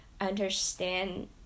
understand